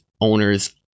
owners